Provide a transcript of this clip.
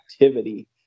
activity